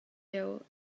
jeu